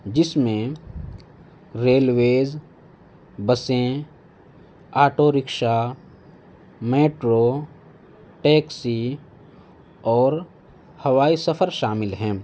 جس میں ریلویز بسیں آٹو رکشا میٹرو ٹیکسی اور ہوائی سفر شامل ہیں